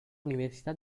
l’università